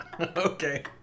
Okay